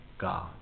God